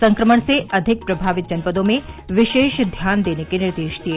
संक्रमण से अधिक प्रभावित जनपदों में विशेष ध्यान देने के निर्देश दिए